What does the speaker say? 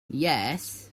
yes